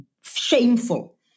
shameful